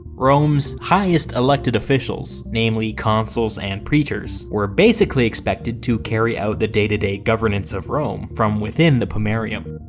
rome's highest elected officials, namely consuls and praetors, were basically expected to carry out the day-to-day governance of rome from within the pomerium.